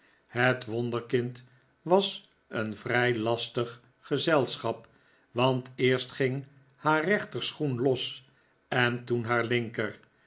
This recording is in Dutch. het wonderkind was een vrij lastig gezelschap want eerst ging haar rechterschoen los en toen haar linker